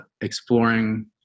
exploring